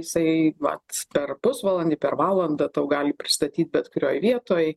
jisai vat per pusvalandį per valandą tau gali pristatyt bet kurioj vietoj